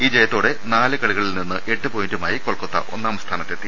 ഈ ജയത്തോടെ നാല് കളികളിൽനിന്ന് എട്ട് പോയിന്റുമായി കൊൽക്കത്ത ഒന്നാംസ്ഥാനത്തെത്തി